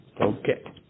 Okay